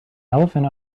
elephant